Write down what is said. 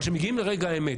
אבל כשמגיעים לרגע האמת,